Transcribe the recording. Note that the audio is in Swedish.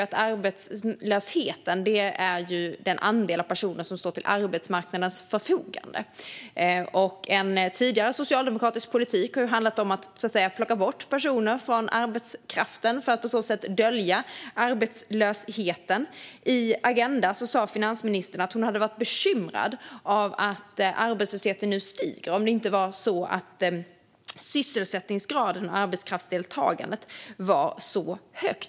Arbetslösheten utgörs av den andel av befolkningen som står till arbetsmarknadens förfogande, och en tidigare socialdemokratisk politik har handlat om att så att säga plocka bort personer från arbetskraften för att på så sätt dölja arbetslösheten. I Agenda sa finansministern att hon hade varit bekymrad över att arbetslösheten stiger om det inte hade varit för att sysselsättningsgraden och arbetskraftsdeltagandet är så höga.